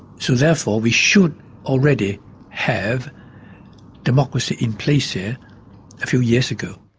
so therefore we should already have democracy in place here a few years ago.